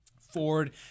Ford